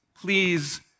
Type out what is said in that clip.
please